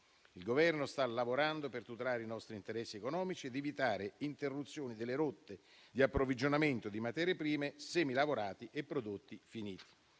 Il Governo sta lavorando per tutelare i nostri interessi economici ed evitare interruzioni delle rotte di approvvigionamento di materie prime, semilavorati e prodotti finiti.